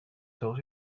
told